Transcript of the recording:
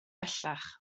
bellach